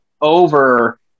over